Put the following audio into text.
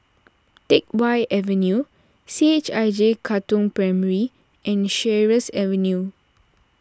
Teck Whye Avenue C H I J Katong Primary and Sheares Avenue